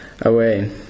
away